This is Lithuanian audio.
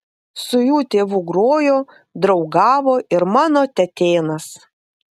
su jų tėvu grojo draugavo ir mano tetėnas